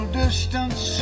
distance